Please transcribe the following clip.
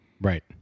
Right